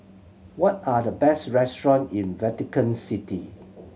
what are the best restaurant in Vatican City